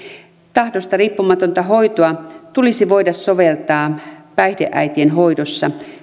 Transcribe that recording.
tahdosta riippumatonta hoitoa tulisi voida soveltaa päihdeäitien hoidossa